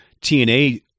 TNA